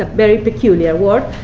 ah very peculiar word.